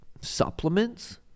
supplements